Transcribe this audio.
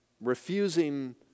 refusing